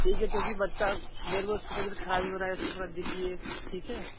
ठीक है क्योंकि बच्चा वह रोज़ की तबियत ख़राब ही हो रही है उसकी थोड़ा देखिए ठीक है